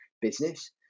business